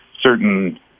certain